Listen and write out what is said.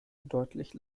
deutlich